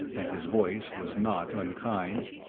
and his voice was not unkind,